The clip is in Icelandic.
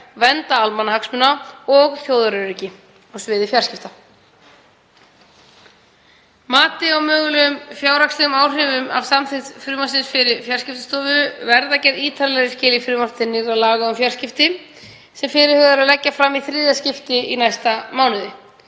vernd almannahagsmuna og þjóðaröryggi á sviði fjarskipta. Mati á mögulegum fjárhagslegum áhrifum af samþykkt frumvarpsins fyrir Fjarskiptastofu verður gerð ítarlegri skil í frumvarpi til nýrra laga um fjarskipti, sem fyrirhugað er að leggja fram í þriðja skipti í næsta mánuði.